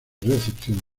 recepción